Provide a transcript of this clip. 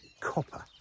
copper